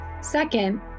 Second